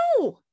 No